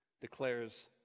declares